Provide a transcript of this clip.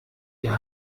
ihr